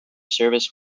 service